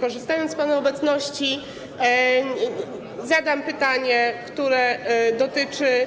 Korzystając z pana obecności, zadam pytanie, które dotyczy